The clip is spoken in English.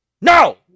No